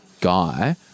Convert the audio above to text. guy